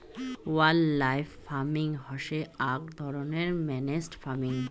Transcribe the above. wildlife farming হসে আক ধরণের ম্যানেজড ফার্মিং